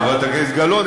חברת הכנסת גלאון,